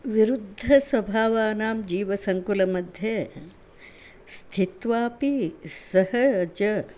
विरुद्धस्वभावानां जीवसङ्कुलमध्ये स्थित्वापि सह च